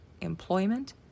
employment